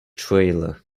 trailer